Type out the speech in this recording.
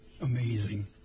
amazing